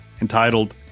entitled